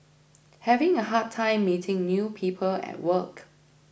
having a hard time meeting new people at work